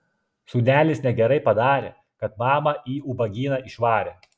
sūnelis negerai padarė kad mamą į ubagyną išvarė